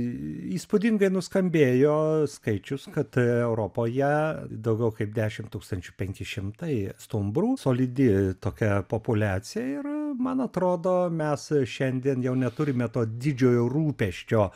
įspūdingai nuskambėjo skaičius kad europoje daugiau kaip dešimt tūkstančių penki šimtai stumbrų solidi tokia populiacija yra man atrodo mes šiandien jau neturime to didžiojo rūpesčio